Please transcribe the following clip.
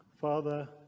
Father